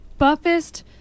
buffest